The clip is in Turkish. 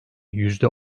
yüzde